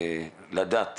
אני רוצה לדעת